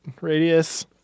radius